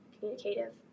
communicative